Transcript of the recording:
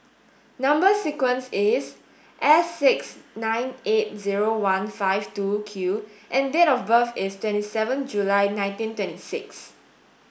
number sequence is S six nine eight zero one five two Q and date of birth is twenty seven July nineteen twenty six